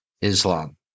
Islam